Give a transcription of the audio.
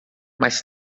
mais